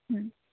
ହୁଁ